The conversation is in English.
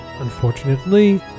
Unfortunately